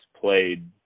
played